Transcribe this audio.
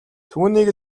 түүнийг